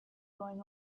going